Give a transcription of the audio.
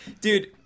dude